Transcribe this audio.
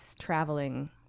traveling